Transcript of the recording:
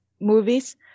movies